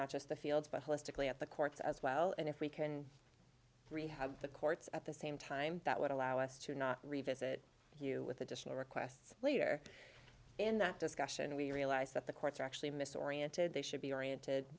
holistically at the courts as well and if we can rehab the courts at the same time that would allow us to not revisit you with additional requests later in that discussion we realize that the courts are actually miss oriented they should be oriented